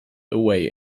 away